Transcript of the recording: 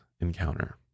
encounter